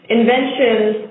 inventions